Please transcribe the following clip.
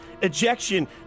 Ejection